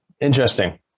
interesting